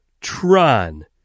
Tron